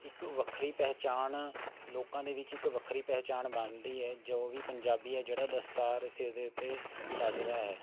ਇੱਕ ਵੱਖਰੀ ਪਹਿਚਾਣ ਲੋਕਾਂ ਦੇ ਵਿੱਚ ਇੱਕ ਵੱਖਰੀ ਪਹਿਚਾਣ ਬਣਦੀ ਹੈ ਜੋ ਵੀ ਪੰਜਾਬੀ ਹੈ ਜਿਹੜਾ ਦਸਤਾਰ ਸਿਰ ਦੇ ਉੱਤੇ ਸਾਜਦਾ ਹੈ